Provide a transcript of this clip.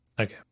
Okay